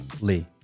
Lee